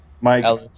Mike